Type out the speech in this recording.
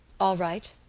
all right,